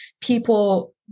people